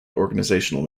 organizational